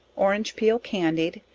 orange peal candied,